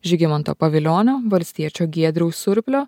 žygimanto pavilionio valstiečio giedriaus surplio